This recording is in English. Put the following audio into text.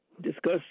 discuss